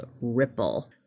Ripple